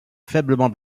faiblement